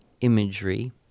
imagery